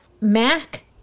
Mac